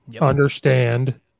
understand